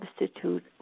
substitute